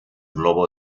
globo